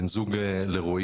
בן זוג לרועי,